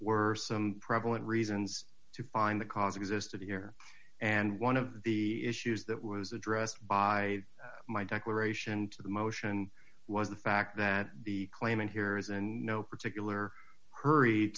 were some prevalent reasons to find the cause existed here and one of the issues that was addressed by my declaration to the motion was the fact that the claimant here is a no particular hurry